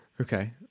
Okay